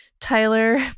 Tyler